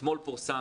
אתמול פורסם,